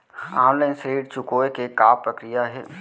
Online ऋण चुकोय के का प्रक्रिया हे?